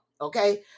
okay